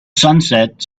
sunset